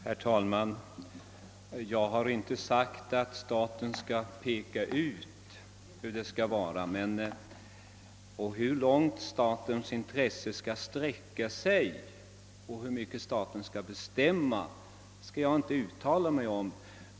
Herr talman! Jag har inte sagt att staten skall peka ut hur det skall vara. Hur långt statens intresse skall sträcka sig och hur mycket staten skall bestämma skall jag inte uttala mig om.